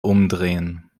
umdrehen